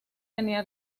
tenía